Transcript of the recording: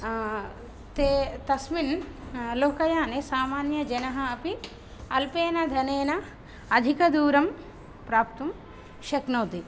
ते तस्मिन् लोकयाने सामान्यजनः अपि अल्पेन धनेन अधिकदूरं प्रप्तुं शक्नोति